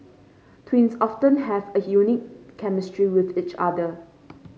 twins often have a unique chemistry with each other